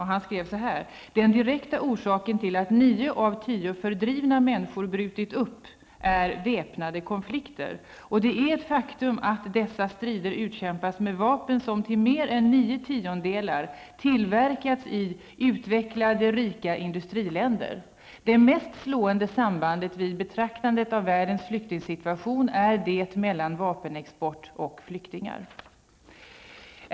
Han menade att ''den direkta orsaken till att nio av tio fördrivna människor brutit upp -- är väpnade konflikter och det faktum att dessa strider utkämpas med vapen som till mer än nio tiondelar tillverkats i utvecklade, rika industriländer. Det mest slående sambandet vid betraktandet av världens flyktingsituation är det mellan vapenexport och flyktingar''.